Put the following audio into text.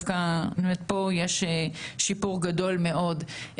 פה יש שיפור גדול מאוד.